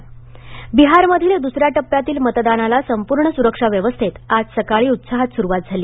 बिहार निवडणक बिहारमधील दुसऱ्या टप्प्यातील मतदानाला संपुर्ण सुरक्षा व्यवस्थेत आज सकाळी उत्साहात सुरुवात झाली